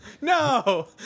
No